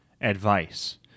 advice